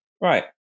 Right